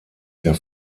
der